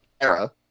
era